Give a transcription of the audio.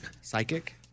Psychic